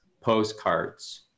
postcards